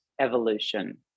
evolution